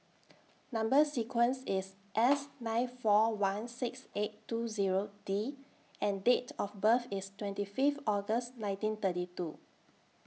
Number sequence IS S nine four one six eight two Zero D and Date of birth IS twenty Fifth August nineteen thirty two